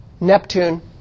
Neptune